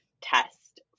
test